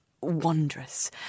wondrous